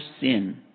sin